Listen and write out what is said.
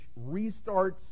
restarts